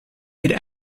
could